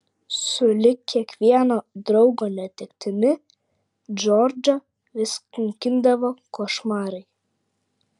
sulig kiekvieno draugo netektimi džordžą vis kankindavo košmarai